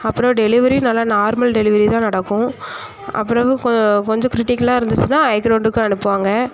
அப்புறம் டெலிவரி நல்லா normal delivery தான் நடக்கும் அப்பிறகு கொஞ்சம் க்ரிட்டிக்கலாக இருந்துச்சுன்னா ஹைக்ரௌண்டுக்கு அனுப்புவாங்க